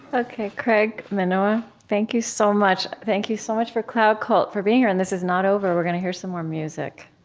ah ok, craig minowa, thank you so much. thank you so much for cloud cult, for being here. and this is not over. we're going to hear some more music.